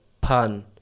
pan